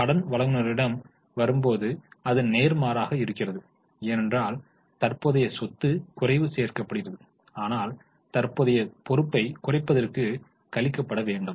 கடன் வழங்குநர்களிடம் வரும்போது அது நேர்மாறாக இருக்கிறது ஏனென்றால் தற்போதைய சொத்து குறைவு சேர்க்கப்படுகிறது ஆனால் தற்போதைய பொறுப்பை குறைப்பதற்கு கழிக்கப்பட வேண்டும்